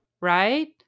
right